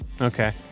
Okay